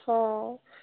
हँ